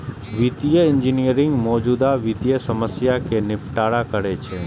वित्तीय इंजीनियरिंग मौजूदा वित्तीय समस्या कें निपटारा करै छै